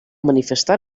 manifestar